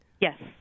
Yes